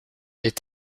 est